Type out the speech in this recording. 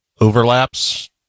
overlaps